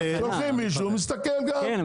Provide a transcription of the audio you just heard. שולחים מישהו שיתסכל גם --- כן,